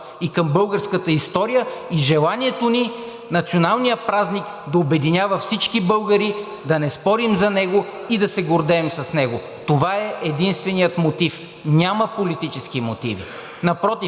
и към българската история, и желанието ни националният празник да обединява всички българи, да не спорим за него и да се гордеем с него. Това е единственият мотив. Няма политически мотиви! Напротив,